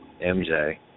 MJ